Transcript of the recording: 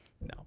No